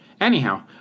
Anyhow